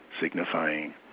signifying